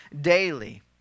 daily